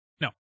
No